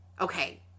Okay